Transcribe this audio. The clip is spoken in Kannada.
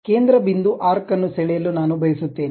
ಕೇಂದ್ರ ಬಿಂದು ಆರ್ಕ್ ಅನ್ನು ಸೆಳೆಯಲು ನಾನು ಬಯಸುತ್ತೇನೆ